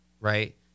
right